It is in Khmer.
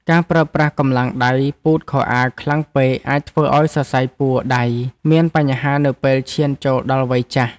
ការប្រើប្រាស់កម្លាំងដៃពូតខោអាវខ្លាំងពេកអាចធ្វើឱ្យសរសៃពួរដៃមានបញ្ហានៅពេលឈានចូលដល់វ័យចាស់។